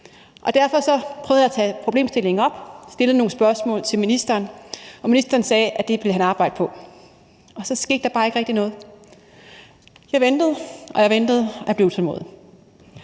Derfor prøvede jeg at tage problemstillingen op. Jeg stillede nogle spørgsmål til ministeren, og ministeren sagde, at det ville han arbejde på. Og så skete der bare ikke rigtig noget. Jeg ventede, og jeg ventede,